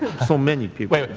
so many people.